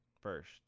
first